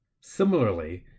similarly